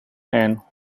and